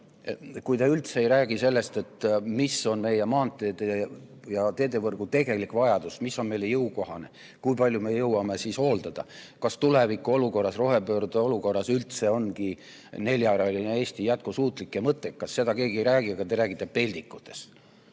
Aga te üldse ei räägi sellest, mis on meie maanteede ja teedevõrgu tegelik vajadus, mis on meile jõukohane, kui palju me jõuame hooldada, kas tuleviku olukorras, rohepöörde olukorras üldse ongi neljarealine Eesti jätkusuutlik ja mõttekas – seda keegi ei räägi, aga te räägite peldikutest.